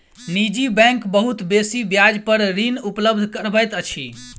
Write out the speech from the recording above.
निजी बैंक बहुत बेसी ब्याज पर ऋण उपलब्ध करबैत अछि